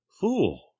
fool